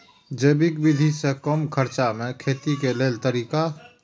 जैविक विधि से कम खर्चा में खेती के लेल तरीका?